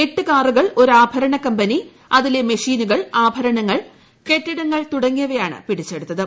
എട്ടു കാറുകൾ ഒരു ആഭരണ കമ്പനിയു്ം അതിലെ മെഷീനുകൾ ആഭരണങ്ങൾ കെട്ടിടങ്ങൾ തുടങ്ങിയവയാണ് പിടിച്ചെടുത്തത്